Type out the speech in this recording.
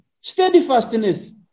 steadfastness